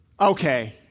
Okay